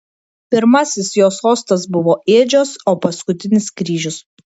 pirmasis jo sostas buvo ėdžios o paskutinis kryžius